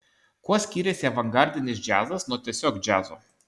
kuo skiriasi avangardinis džiazas nuo tiesiog džiazo